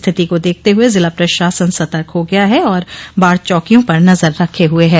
स्थिति को देखते हुए ज़िला प्रशासन सतर्क हो गया है और बाढ़ चौकियों पर नज़र रखे हुए है